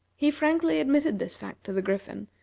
he frankly admitted this fact to the griffin,